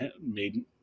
made